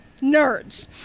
NERDS